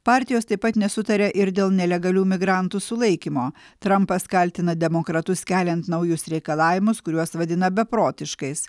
partijos taip pat nesutaria ir dėl nelegalių migrantų sulaikymo trampas kaltina demokratus keliant naujus reikalavimus kuriuos vadina beprotiškais